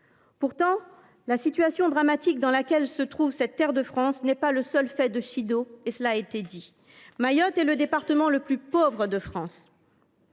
Pourtant, la situation dramatique dans laquelle se trouve cette terre de France n’est pas le seul fait de Chido. Mayotte est le département le plus pauvre de France.